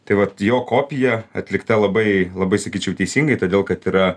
tai vat jo kopija atlikta labai labai sakyčiau teisingai todėl kad yra